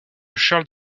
charles